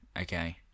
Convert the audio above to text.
okay